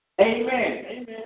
Amen